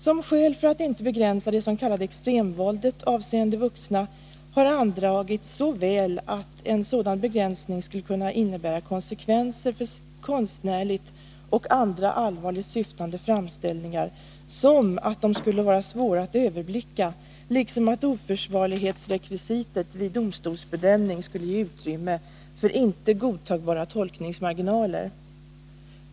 Som skäl för att inte begränsa det s.k. extremvåldet avseende vuxna har andragits såväl att en sådan begränsning skulle kunna innebära konsekvenser för konstnärligt och andra allvarligt syftande framställningar, som att de skulle vara svåra att överblicka, liksom att oförsvarlighetsrekvisitet vid domstolsbedömning skulle ge utrymme för inte godtagbara tolkningsmarginaler.